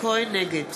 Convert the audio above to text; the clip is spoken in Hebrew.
נגד